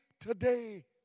today